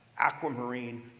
aquamarine